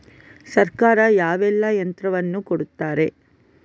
ಸರ್ಕಾರ ಯಾವೆಲ್ಲಾ ಯಂತ್ರವನ್ನು ಕೊಡುತ್ತಾರೆ?